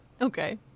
Okay